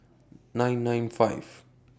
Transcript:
nine nine five